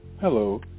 Hello